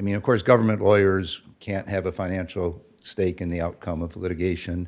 mean of course government lawyers can't have a financial stake in the outcome of the litigation